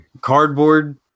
cardboard